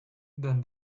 then